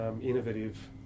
innovative